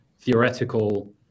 theoretical